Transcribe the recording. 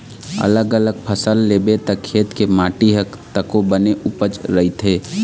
अलग अलग फसल लेबे त खेत के माटी ह तको बने उपजऊ रहिथे